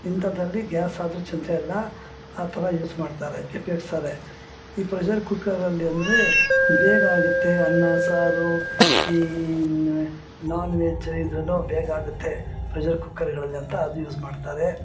ಇಂಥದ್ರಲ್ಲಿ ಗ್ಯಾಸ್ ಆದರು ಚಿಂತೆ ಇಲ್ಲ ಆ ಥರ ಯೂಸ್ ಮಾಡ್ತಾರೆ ಉಪ್ಯೋಗಿಸ್ತಾರೆ ಈ ಪ್ರೆಷರ್ ಕುಕ್ಕರಲ್ಲಿ ಅಂದರೆ ಬೇಗ ಆಗುತ್ತೆ ಅನ್ನ ಸಾರು ಈ ನ ನಾನ್ ವೆಜ್ಜು ಇದು ಬೇಗ ಆಗುತ್ತೆ ಪ್ರೆಷರ್ ಕುಕ್ಕರ್ಗಳಲ್ಲಿ ಅಂತ ಅದು ಯೂಸ್ ಮಾಡ್ತಾರೆ